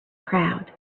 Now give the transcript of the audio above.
crowd